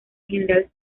general